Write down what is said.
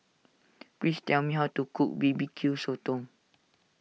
please tell me how to cook B B Q Sotong